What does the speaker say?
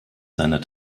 seiner